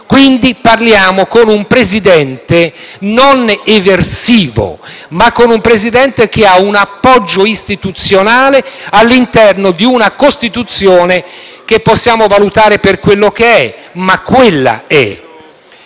Quindi parliamo con un Presidente non eversivo, ma con un Presidente che ha un appoggio istituzionale all'interno di una Costituzione che possiamo valutare per quella che è, ma quella è.